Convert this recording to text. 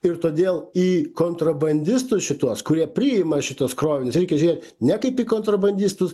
ir todėl į kontrobandistus šituos kurie priima šituos krovinius reikia žiūrėt ne kaip į kontrabandistus